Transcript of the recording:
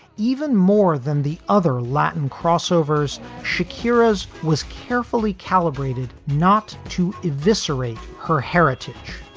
even more than the other latin crossovers, shakira's was carefully calibrated not to eviscerate her heritage.